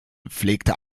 pflegte